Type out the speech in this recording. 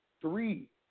three